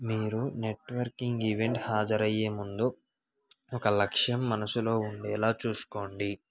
మీరు networking event హాజరయ్యే ముందు ఒక లక్ష్యం మనస్సులో ఉండేలా చూసుకోండి